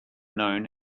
known